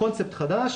קונספט חדש